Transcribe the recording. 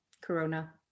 Corona